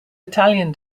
italian